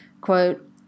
quote